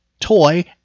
Toy